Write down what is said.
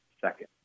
second